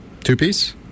Two-piece